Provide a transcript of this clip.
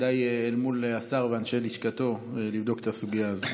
כדאי לבדוק את הסוגיה הזאת